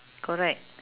correct